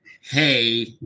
Hey